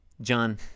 John